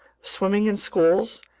swimming in schools,